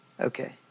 Okay